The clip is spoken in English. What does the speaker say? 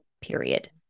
period